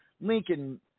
Lincoln